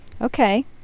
okay